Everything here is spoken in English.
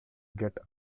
get